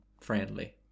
friendly